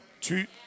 Tu